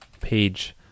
page